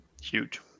huge